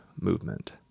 movement